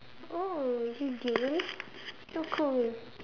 oh you game so cool